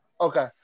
Okay